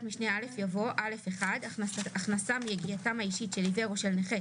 משנה (א) יבוא: "(א1)הכנסה מיגיעתם האישית של עיוור או של נכה